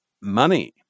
money